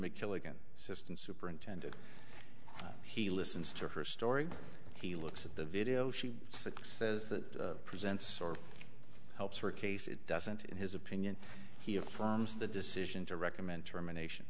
make kill again system superintendent he listens to her story he looks at the video she says that presents or helps her case it doesn't in his opinion he affirms the decision to recommend termination